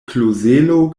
klozelo